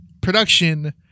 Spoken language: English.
production